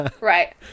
right